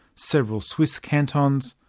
several swiss cantons,